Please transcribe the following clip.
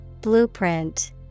Blueprint